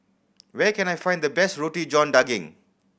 where can I find the best Roti John Daging